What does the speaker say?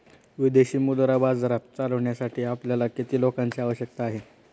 विदेशी मुद्रा बाजार चालविण्यासाठी आपल्याला किती लोकांची आवश्यकता आहे?